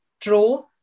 draw